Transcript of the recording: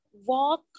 walk